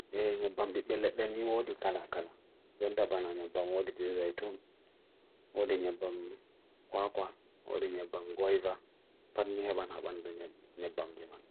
nye bambi belak dan nye odi kala kala nye ntabana nye bambi odi tizai toon odi nye bambi kwa kwa odi nye bambi goiva pan nye heban haban nye nye bambi man